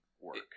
work